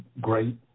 great